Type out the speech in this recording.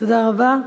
תודה רבה.